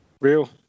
Real